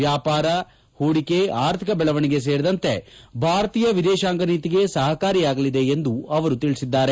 ವ್ಯಾಪಾರಹೂಡಿಕೆ ಅರ್ಥಿಕ ಬೆಳವಣಿಗೆ ಸೇರಿದಂತೆ ಭಾರತೀಯ ವಿದೇಶಾಂಗ ನೀತಿಗೆ ಸಪಕಾರಿಯಾಗಲಿದೆ ಎಂದು ಅವರು ತಿಳಿಸಿದ್ದಾರೆ